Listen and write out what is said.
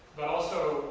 but also